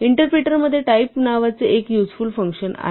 interpreter मध्ये type नावाचे एक युझफ़ुल फंक्शन आहे